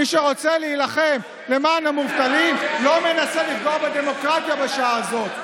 מי שרוצה להילחם למען המובטלים לא מנסה לפגוע בדמוקרטיה בשעה הזאת.